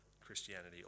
Christianity